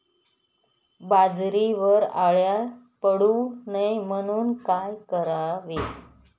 बाजरीवर अळ्या पडू नये म्हणून काय करावे?